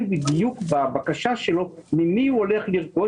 בדיוק בבקשה שלו ממי הוא הולך לרכוש,